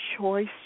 choice